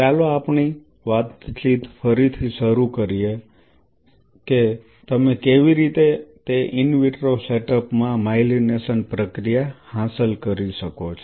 ચાલો આપણી વાતચીત ફરીથી શરૂ કરીએ કે તમે કેવી રીતે તે ઇન વિટ્રો સેટઅપ માં માઇલીનેશન પ્રક્રિયા હાંસલ કરી શકો છો